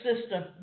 system